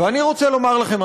אני רוצה לומר לכם,